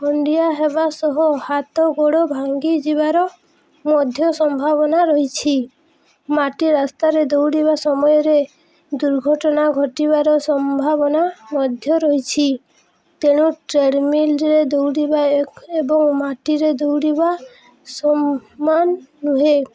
ଖଣ୍ଡିଆ ହେବା ସହ ହାତ ଗୋଡ଼ ଭାଙ୍ଗି ଯିବାର ମଧ୍ୟ ସମ୍ଭାବନା ରହିଛି ମାଟି ରାସ୍ତାରେ ଦୌଡ଼ିବା ସମୟରେ ଦୁର୍ଘଟଣା ଘଟିବାର ସମ୍ଭାବନା ମଧ୍ୟ ରହିଛି ତେଣୁ ଟ୍ରେଡ଼ମିଲ୍ରେ ଦୌଡ଼ିବା ଏବଂ ମାଟିରେ ଦୌଡ଼ିବା ସଳେନ ରୁହେଁ